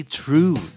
true